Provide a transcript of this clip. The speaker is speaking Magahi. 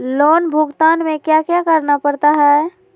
लोन भुगतान में क्या क्या करना पड़ता है